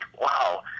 Wow